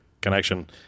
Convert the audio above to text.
connection